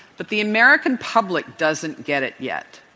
but the american public doesn't get it yet.